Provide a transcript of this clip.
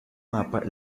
mapa